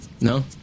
No